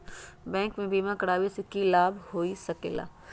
Bank से बिमा करावे से की लाभ होई सकेला?